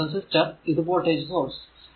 ഇത് റെസിസ്റ്റർ ഇത് voltage source